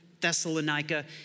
Thessalonica